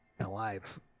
alive